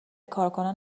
کارکنان